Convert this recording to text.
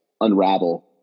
unravel